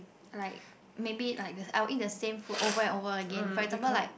like maybe like this I will eat the same food over and over again for example like